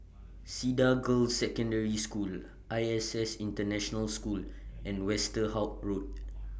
Cedar Girls' Secondary School I S S International School and Westerhout Road